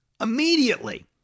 Immediately